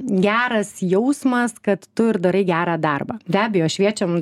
geras jausmas kad tu ir darai gerą darbą be abejo šviečiam